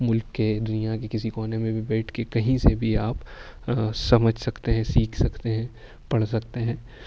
ملک کے دنیا کی کسی کونے میں بھی بیٹھ کے کہیں سے بھی آپ سمجھ سکتے ہیں سیکھ سکتے ہیں پڑھ سکتے ہیں